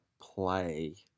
play